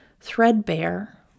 threadbare